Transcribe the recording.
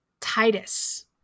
Titus